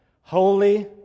holy